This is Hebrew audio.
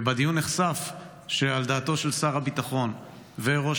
ובדיון נחשף שעל דעתו של שר הביטחון וראש